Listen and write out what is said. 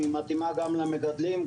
היא מתאימה גם למגדלים,